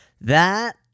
That-